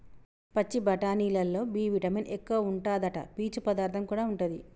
పచ్చి బఠానీలల్లో B vitamin ఎక్కువుంటాదట, పీచు పదార్థం కూడా ఉంటది